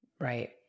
right